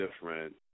different